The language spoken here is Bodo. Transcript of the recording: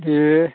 दे